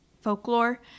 folklore